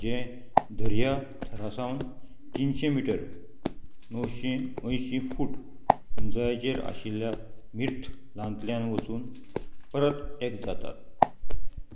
जे दर्या थरासावन तिनशें मिटर णवशी अंयशी फूट उंचायेचेर आशिल्ल्या मिर्थ लांतल्यान वचून परत एक जातात